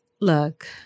look